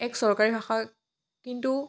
এক চৰকাৰী ভাষা কিন্তু